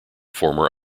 former